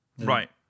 right